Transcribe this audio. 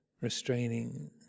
restraining